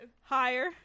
higher